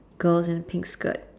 girl is in a pink skirt